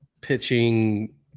pitching